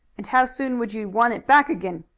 and how soon would you want it back again?